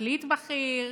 פרקליט בכיר,